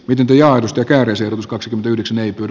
pidempi aidosti käännösehdotus kaksikymmentäyhdeksän ei pyri